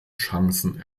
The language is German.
chancen